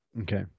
Okay